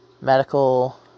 medical